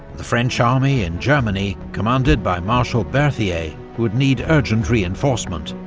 the french army in germany, commanded by marshal berthier, would need urgent reinforcement.